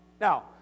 Now